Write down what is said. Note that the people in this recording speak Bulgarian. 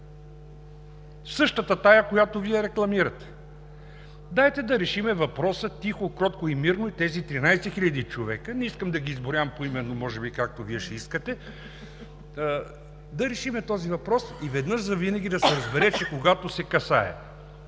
Същата тази, която Вие рекламирате. Дайте да решим въпроса тихо, кротко и мирно и тези 13 хиляди човека – не искам да ги изброявам поименно може би както Вие ще искате, да решим този въпрос и веднъж завинаги да се разбере, че когато се касае